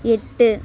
எட்டு